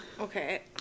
Okay